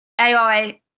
AI